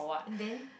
and then